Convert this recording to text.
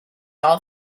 all